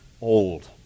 old